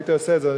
הייתי עושה את זה.